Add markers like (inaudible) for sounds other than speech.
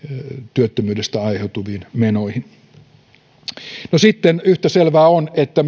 työttömyydestä aiheutuviin menoihin yhtä selvää on että (unintelligible)